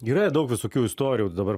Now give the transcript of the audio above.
yra daug visokių istorijų dabar